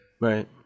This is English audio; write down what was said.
Right